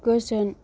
गोजोन